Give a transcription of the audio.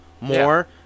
more